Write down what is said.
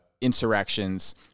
insurrections